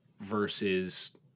versus